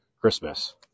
Christmas